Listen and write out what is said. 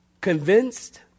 convinced